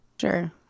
Sure